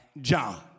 John